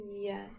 Yes